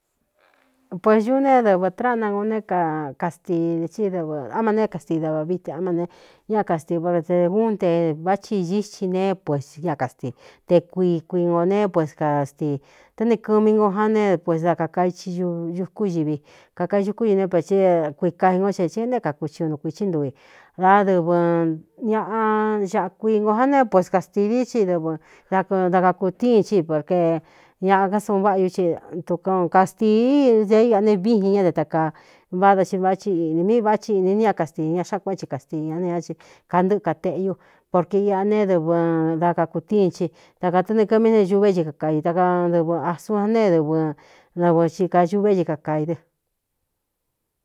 Puēs ñuú neé dɨvɨ̄ tránangu néé kastil í dɨvɨ áma neé kastii davaviteámaneñá kastii or e jún te váchi ñíxi ne pues ña kastii te kuii kuing ō ne pues kāstii tá ni kɨmi ngo já neé pues dá kakai ñukú ñivi kakaiñukú ñivi né pe í kuika ingo chee i néé kākuci unu kuīcsí ntuu i dádɨvɨ ñaꞌa caꞌkuingo ja neé pues kastili i dɨvɨ áda kakūtíin chi porke ñaꞌa ká suun váꞌa ñú ci dukan kāstii de iꞌa ne víin ñá te tākaa váda i váti īꞌnī mi vá chi iꞌnī ni ña kastii ña xá kueꞌen ci kasti ña ne ña i kantɨꞌɨ kateꞌñu porkue iꞌa ne dɨvɨ da kakūtíin chi ta kātɨnekɨmí sne ñuvé cíka kai akadɨvɨ asun anēé dɨvɨ ɨvɨ cikañuvé cika kai dɨ.